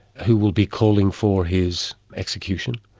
he will be calling for his execution,